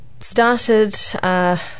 started